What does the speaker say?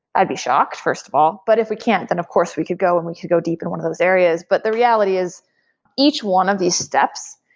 i'd be shocked first of all. but if we can, then of course, we could go and we could go deep in one of those areas. but the reality is each one of these steps,